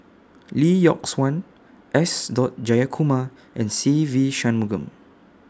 Lee Yock Suan S Dot Jayakumar and Se Ve Shanmugam